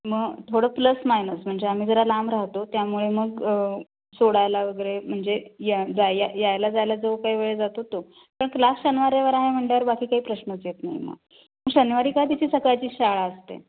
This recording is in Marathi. मग थोडं प्लस मायनस म्हणजे आम्ही जरा लांब राहतो त्यामुळे मग सोडायला वगैरे म्हणजे या जा या यायला जायला जो काही वेळ जातो तो पण क्लास शनिवार रविवार आहे म्हटल्यावर बाकी काही प्रश्नच येत नाही मग शनिवारी काय तिची सकाळची शाळा असते